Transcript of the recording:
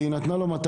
כי היא נתנה לו מטלה.